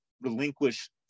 relinquish